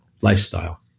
lifestyle